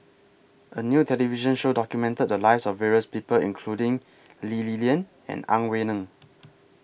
A New television Show documented The Lives of various People including Lee Li Lian and Ang Wei Neng